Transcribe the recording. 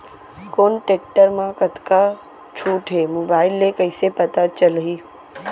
कोन टेकटर म कतका छूट हे, मोबाईल ले कइसे पता चलही?